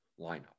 lineup